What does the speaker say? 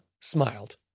smiled